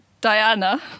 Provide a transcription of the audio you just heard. Diana